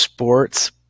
Sports